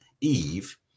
Eve